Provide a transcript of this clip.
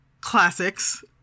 Classics